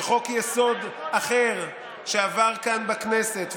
שחוק-יסוד אחר שעבר כאן בכנסת,